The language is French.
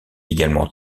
également